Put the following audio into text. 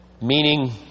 Meaning